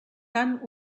tant